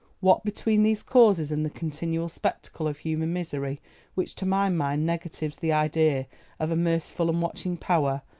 what between these causes and the continual spectacle of human misery which to my mind negatives the idea of a merciful and watching power,